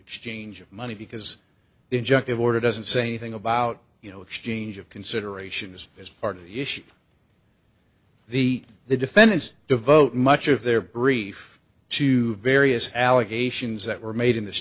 exchange of money because the injunctive order doesn't say anything about you know exchange of considerations as part of the issue the the defendants devote much of their brief to various allegations that were made in this